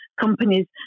companies